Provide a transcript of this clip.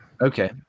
Okay